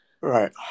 Right